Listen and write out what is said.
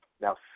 Now